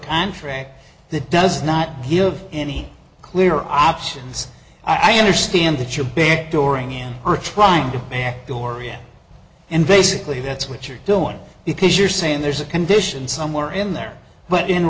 contract that does not give any clear options i understand that your back dooring in trying to backdoor and basically that's what you're doing because you're saying there's a condition somewhere in there but in